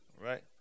Right